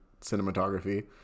cinematography